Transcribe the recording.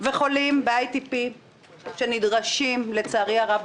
וחולים ב-ITP שנדרשים לצערי הרב,